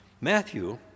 Matthew